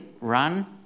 run